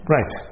Right